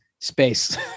space